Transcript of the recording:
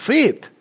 Faith